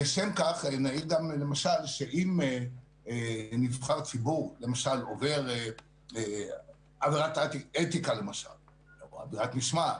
לשם כך נעיר גם שאם נבחר ציבור עובר עבירת אתיקה למשל או עבירת משמעת,